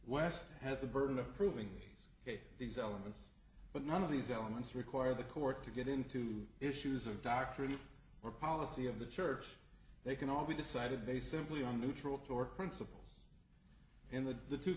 west has the burden of proving he's ok these elements but none of these elements require the court to get into issues of doctrine or policy of the church they can all be decided they simply on neutral toward principles in the the two